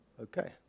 Okay